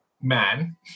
man